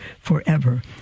forever